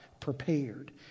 Prepared